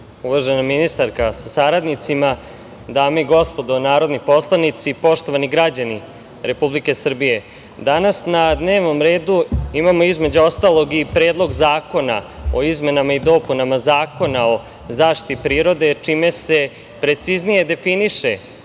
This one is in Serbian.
ministarka sa saradnicima, dame i gospodo narodni poslanici, poštovani građani Republike Srbije, danas na dnevnom redu imamo, između ostalog, i Predlog zakona o izmenama i dopunama Zakona o zaštiti prirode, čime se preciznije definiše